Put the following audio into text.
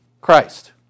Christ